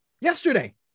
yesterday